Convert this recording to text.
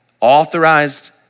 Authorized